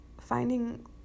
finding